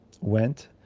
went